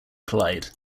collide